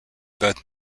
both